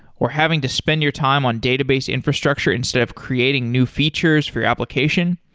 or having to spend your time on database infrastructure instead of creating new features for your application?